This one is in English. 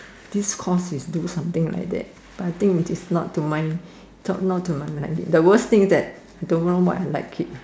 this course is do something like that but I think its not to mine liking the worst thing is that I don't know what I like yet